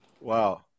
Wow